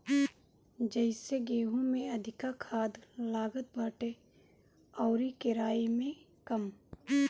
जइसे गेंहू में अधिका खाद लागत बाटे अउरी केराई में कम